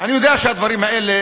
אני יודע שהדברים האלה